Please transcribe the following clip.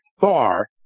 far